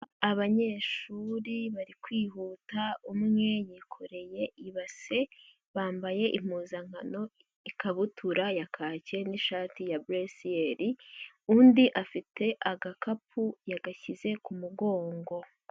Abanyeshuri bari kwihuta; umwe yikoreye ibase, bambaye impuzankano: ikabutura ya kake n'ishati ya bleu ciel, undi afite agakapu yagashyize ku mugongo.